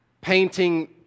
painting